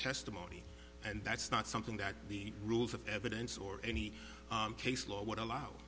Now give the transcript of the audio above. testimony and that's not something that the rules of evidence or any case law would allow